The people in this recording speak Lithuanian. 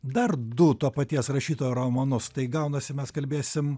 dar du to paties rašytojo romanus tai gaunasi mes kalbėsim